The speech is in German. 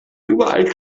überall